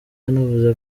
yanavuze